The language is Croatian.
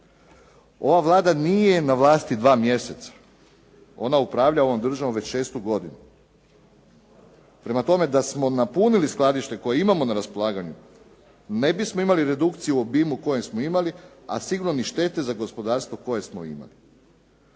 Ova Vlada nije na vlasti 2 mjeseca. Ona upravlja ovom državom već šestu godinu. Prema tome, da smo napunili skladište koje imamo na raspolaganju, ne bismo imali redukciju u obimu u kojem smo imali, a sigurno ni štete za gospodarstvo koje smo imali.